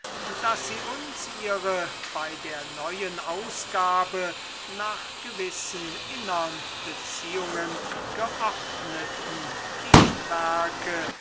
daß sie uns ihre bei der neuen ausgabe nach gewissen innern beziehungen